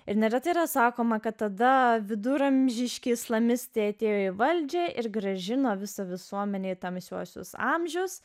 ir neretai yra sakoma kad tada viduramžiški islamistai atėjo į valdžią ir grąžino visą visuomenę į tamsiuosius amžius